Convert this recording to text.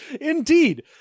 Indeed